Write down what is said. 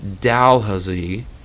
Dalhousie